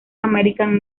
american